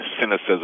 cynicism